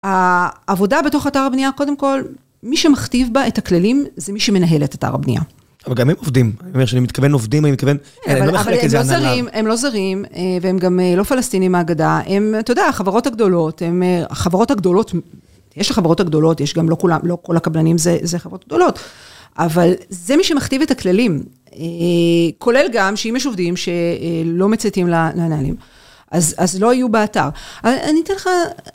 העבודה בתוך אתר הבנייה, קודם כל, מי שמכתיב בה את הכללים, זה מי שמנהל את אתר הבנייה. אבל גם הם עובדים. זאת אומרת, כשאני מתכוון עובדים, אני מתכוון... אבל הם לא זרים, הם לא זרים, והם גם לא פלסטינים, מהאגדה. הם, אתה יודע, החברות הגדולות, הם, החברות הגדולות, יש לחברות הגדולות, יש גם לא כולם לא כל הקבלנים, זה חברות גדולות. אבל זה מי שמכתיב את הכללים. כולל גם שאם יש עובדים שלא מצייתים לנהלים, אז לא יהיו באתר. אני אתן לך...